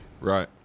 right